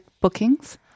bookings